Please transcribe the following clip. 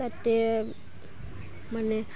তাতে মানে